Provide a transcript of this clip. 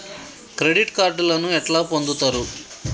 Credit కార్డులను ఎట్లా పొందుతరు?